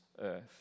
earth